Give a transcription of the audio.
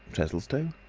chesilstowe?